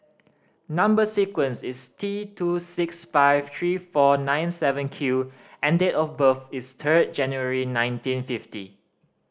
number sequence is T two six five three four nine seven Q and date of birth is ten January nineteen fifty